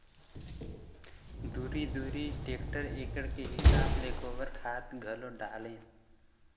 दूरी दूरी टेक्टर एकड़ के हिसाब ले गोबर खाद घलो डालेन